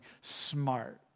smart